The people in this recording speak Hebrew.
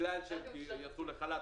בגלל שהם יצאו חל"ת,